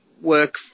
work